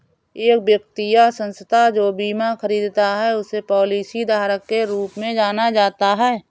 एक व्यक्ति या संस्था जो बीमा खरीदता है उसे पॉलिसीधारक के रूप में जाना जाता है